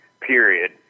period